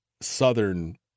southern